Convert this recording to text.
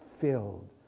filled